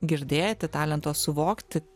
girdėti talento suvokti